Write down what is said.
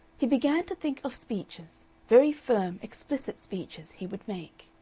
he began to think of speeches, very firm, explicit speeches, he would make.